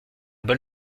bol